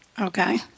Okay